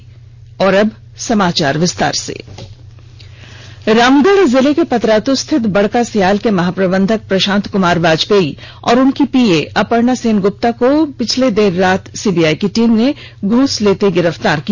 GM गिरफ्तार रामगढ़ जिले के पतरातू स्थित बड़कासयाल के महाप्रबंधक प्रशांत कुमार बाजपेयी और उनकी पीए अपर्णा सेनग्रप्ता को बीत देर रात सीबीआई की टीम ने घूस लेते गिरफ्तार किया